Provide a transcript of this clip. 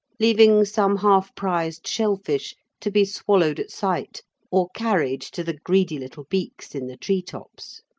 leaving some half-prized shellfish to be swallowed at sight or carried to the greedy little beaks in the tree-tops.